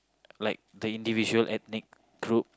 like the individual ethnic group